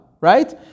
right